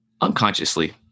unconsciously